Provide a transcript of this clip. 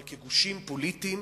אבל כגושים פוליטיים,